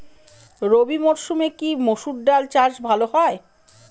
রবি মরসুমে কি মসুর ডাল চাষ ভালো হয়?